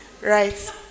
Right